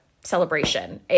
celebration